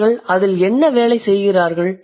அவர்கள் அதில் என்ன வேலை செய்கிறார்கள்